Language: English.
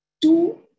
two